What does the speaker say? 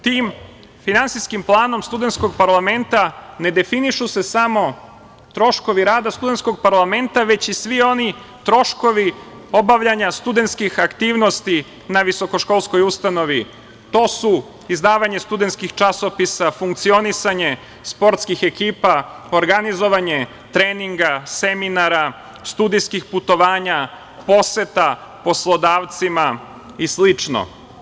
Tim finansijskim planom studentskog parlamenta ne definišu se samo troškovi rada studentskog parlamenta, već i svi oni troškovi obavljanja studentskih aktivnosti na visokoškolskoj ustanovi, a to su: izdavanje studentskih časopisa, funkcionisanje sportskih ekipa, organizovanje treninga, seminara, studijskih putovanja, poseta poslodavcima i slično.